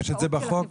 יש את זה בחוק?